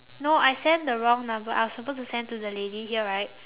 no I send the wrong number I was supposed to send to the lady here right